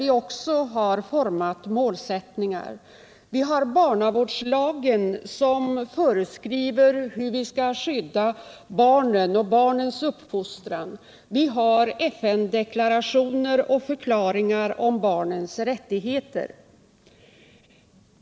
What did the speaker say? Vi har 14 april 1978 barnavårdslagen, som föreskriver hur vi skall skydda barnen och barnens uppfostran, vi har FN-deklarationer och förklaringar om barnens rättigheter.